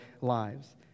lives